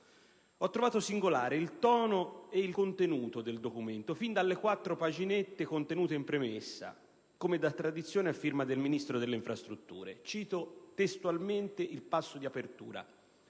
Ho trovato singolare il tono e il contenuto del documento fin dalle quattro paginette contenute in premessa, come da tradizione, a firma del Ministro delle infrastrutture. Cito testualmente il passo di apertura: